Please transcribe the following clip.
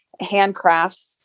handcrafts